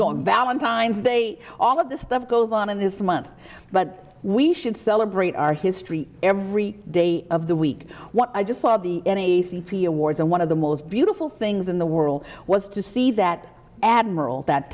going valentine's day all of this stuff goes on in this month but we should celebrate our history every day of the week what i just saw in a sleepy awards and one of the most beautiful things in the world was to see that admiral that